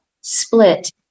split